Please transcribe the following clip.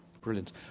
Brilliant